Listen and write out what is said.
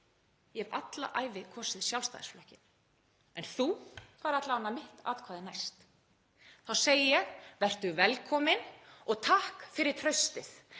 ég hef alla ævi kosið Sjálfstæðisflokkinn en þú færð alla vega mitt atkvæði næst. Þá segi ég: Vertu velkominn og takk fyrir traustið.